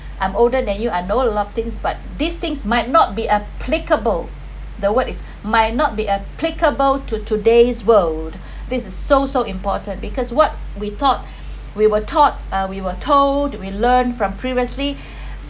I'm older than you I know a lot of things but these things might not be applicable the word is might not be applicable to today's world this is so so important because what we thought we were taught uh we were told we learn from previously